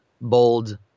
bold